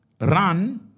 run